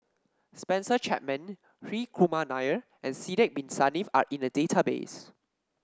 Spencer Chapman Hri Kumar Nair and Sidek Bin Saniff are in the database